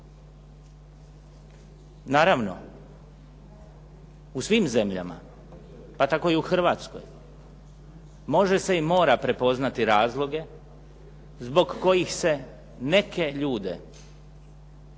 Naravno, u svim zemljama, pa tako i u Hrvatskoj može se i mora prepoznati razloge zbog kojih se neke ljude